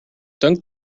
dunk